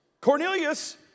Cornelius